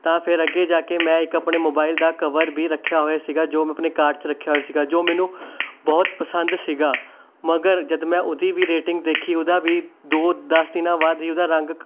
ਤਾਂ ਫਿਰ ਅੱਗੇ ਜਾ ਕੇ ਮੈਂ ਇੱਕ ਆਪਣੇ ਮੋਬਾਈਲ ਦਾ ਕਵਰ ਵੀ ਰੱਖਿਆ ਹੋਇਆ ਸੀ ਜੋ ਮੈਂ ਆਪਣੇ ਕਾਰਟ 'ਚ ਰੱਖਿਆ ਹੋਇਆ ਸੀ ਜੋ ਮੈਨੂੰ ਬਹੁਤ ਪਸੰਦ ਸੀ ਮਗਰ ਜਦ ਮੈਂ ਉਹਦੀ ਵੀ ਰੇਟਿੰਗ ਦੇਖੀ ਉਹਦਾ ਵੀ ਦੋ ਦਸ ਦਿਨਾਂ ਬਾਅਦ ਹੀ ਉਹਦਾ ਰੰਗ